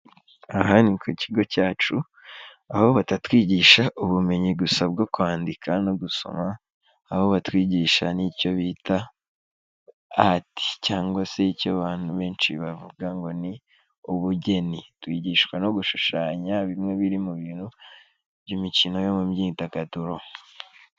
Aha ni ku kigo cyacu, aho batatwigisha ubumenyi gusa bwo kwandika no gusoma, aho batwigisha n'icyo bita ati cyangwa se icyo abantu benshi bavuga ngo ni ubugeni, twgishwa no gushushanya bimwe biri mu bintu by'imikino yo mu myidagaduro.